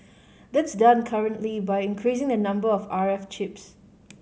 that's done currently by increasing the number of R F chips